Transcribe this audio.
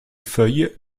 feuilles